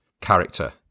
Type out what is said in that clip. character